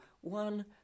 one